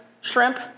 shrimp